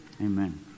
Amen